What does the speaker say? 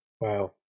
Wow